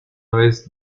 vez